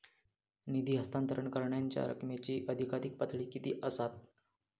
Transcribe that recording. निधी हस्तांतरण करण्यांच्या रकमेची अधिकाधिक पातळी किती असात?